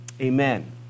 amen